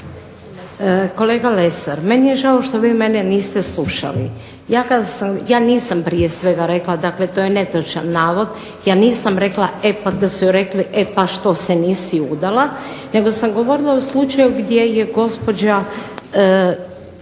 Kolega Lesar, meni je žao što vi mene niste slušali. Ja kada sam, ja nisam prije svega rekla, dakle to je netočan navod, ja nisam rekla da su joj rekli e pa što se nisu udala, nego sam govorila o slučaju gdje je gospođa